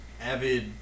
avid